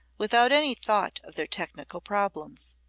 without any thought of their technical problems.